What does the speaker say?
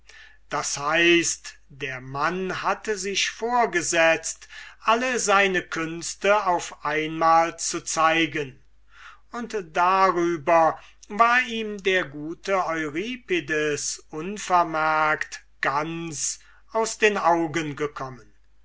das heißt der mann hatte sich vorgesetzt alle sein künste auf einmal zu zeigen und darüber war ihm der gute euripides unvermerkt ganz aus den augen gekommen